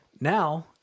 now